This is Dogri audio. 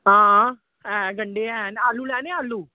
हां है गंढे हैन आलू लैने आलू